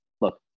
look